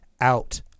out